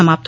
समाप्त